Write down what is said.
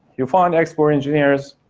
you find expert engineers.